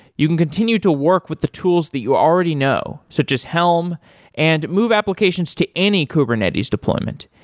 you can continue to work with the tools that you already know, such as helm and move applications to any kubernetes deployment.